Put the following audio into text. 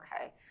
okay